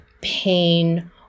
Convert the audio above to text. pain